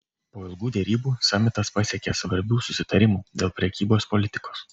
po ilgų derybų samitas pasiekė svarbių susitarimų dėl prekybos politikos